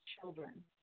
children